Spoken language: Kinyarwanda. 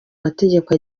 mategeko